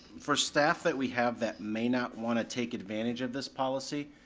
for staff that we have that may not wanna take advantage of this policy,